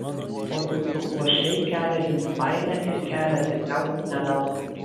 o jūsų uošviai kelia jums baimę ir kelia tikriausiai ne veltui